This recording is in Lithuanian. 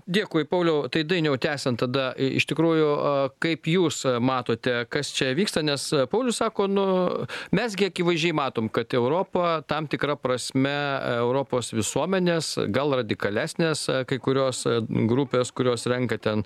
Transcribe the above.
dėkui pauliau tai dainiau tęsiam tada iš tikrųjų o kaip jūs matote kas čia vyksta nes paulius sako nu mes gi akivaizdžiai matom kad europa tam tikra prasme europos visuomenės gal radikalesnės kai kurios grupės kurios renka ten